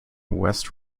west